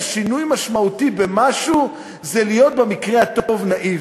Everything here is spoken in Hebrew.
שינוי משמעותי במשהו זה להיות במקרה הטוב נאיבי.